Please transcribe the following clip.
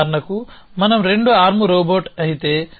ఉదాహరణకు మనం రెండు ఆర్మ్ రోబోట్ అయితే